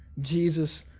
Jesus